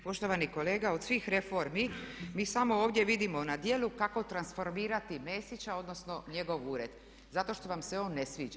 Poštovani kolega od svih reformi mi samo ovdje vidimo na djelu kako transformirati Mesića odnosno njegov ured zato što vam se on ne sviđa.